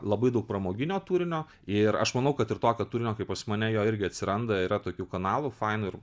labai daug pramoginio turinio ir aš manau kad ir tokio turinio kaip pas mane jo irgi atsiranda yra tokių kanalų fainų ir